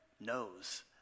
knows